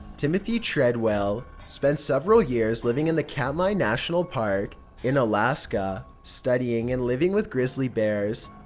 timothy treadwell spent several years living in the katmai national park in alaska, studying and living with grizzly bears.